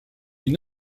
une